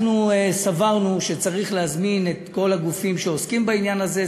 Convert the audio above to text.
אנחנו סברנו שצריך להזמין את כל הגופים שעוסקים בעניין הזה,